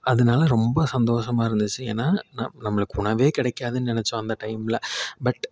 அதனால் ரொம்ப சந்தோஷமாக இருந்துச்சு ஏன்னா நம்மளுக்கு உணவு கிடைக்காதுன்னு நெனைச்சோம் அந்த டைமில்